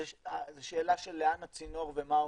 זו שאלה של לאן הצינור ומה העומקים.